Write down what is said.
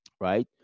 right